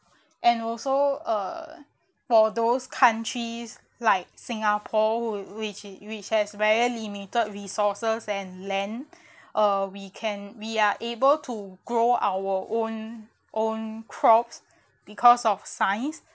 and also uh for those countries like singapore whi~ which which has very limited resources and land uh we can we are able to grow our own own crops because of science